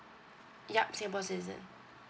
yup singapore citizen